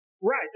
Right